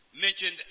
mentioned